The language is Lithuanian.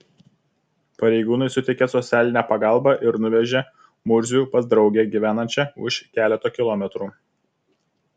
pareigūnai suteikė socialinę pagalbą ir nuvežė murzių pas draugę gyvenančią už keleto kilometrų